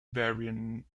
variant